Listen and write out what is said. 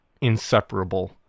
inseparable